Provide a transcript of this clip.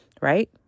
right